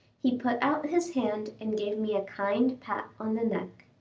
he put out his hand and gave me a kind pat on the neck.